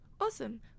Awesome